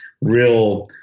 real